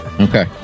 Okay